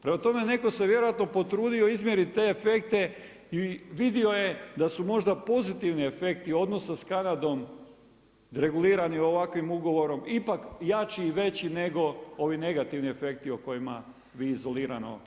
Prema tome, netko se vjerojatno potrudio izmjeriti te efekte i vidio je da su možda pozitivni efekti s Kanadom regulirani ovakvim ugovorom, ipak jači i veći, nego ovi negativni efekti o kojima vi izolirano